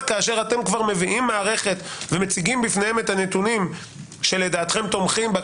כשאתם מביאים כבר מערכת ומציגים בפניהם את הנתונים שלדעתכם תומכים,